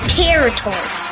territory